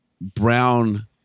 Brown